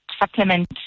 supplement